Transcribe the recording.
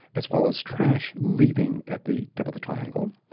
as well as trash leaving at the tip of the triangle,